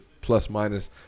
plus-minus